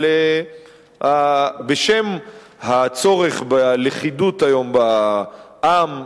אבל בשם הצורך היום בלכידות בעם,